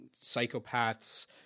psychopaths